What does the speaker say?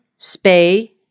spay